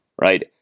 right